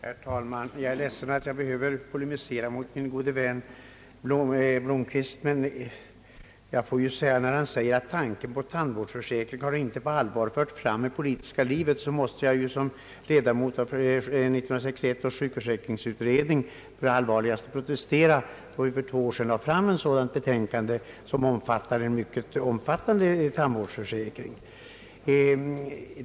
Herr talman! Jag är ledsen över att behöva polemisera mot min gode vän herr Blomquist. Men när han säger att tanken på en tandvårdsförsäkring »inte har förts fram i det politiska livet» mås te jag som ledamot av 1961 års sjukförsäkringsutredning på det allvarligaste protestera, då vi för två år sedan lade fram ett betänkande som innehöll förslag "om: en mycket omfattande tandvårdsförsäkring.